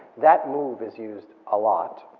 that move is used a lot,